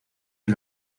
que